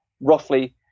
roughly